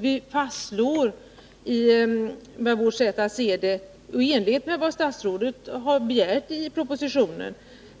Vi fastslår att det enligt vårt sätt att se och i enlighet med vad statsrådet har föreslagit i propositionen